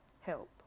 Help